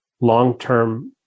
long-term